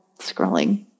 scrolling